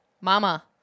Mama